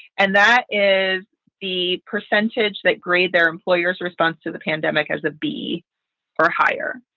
and that is the percentage that grade their employers response to the pandemic as a b or higher,